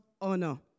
honor